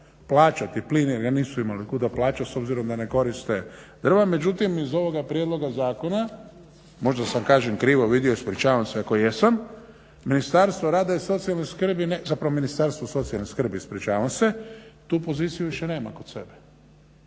plaćati plin jer ga nisu imali otkuda plaćati s obzirom da ne koriste drva. Međutim, iz ovoga prijedloga zakona, možda sam kažem krivo vidio, ispričavam se ako jesam, ministarstvo rada i socijalne skrbi, zapravo Ministarstvo socijalne skrbi, ispričavam se, tu poziciju više nema kod sebe.